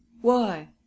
Why